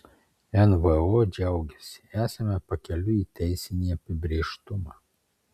nvo džiaugiasi esame pakeliui į teisinį apibrėžtumą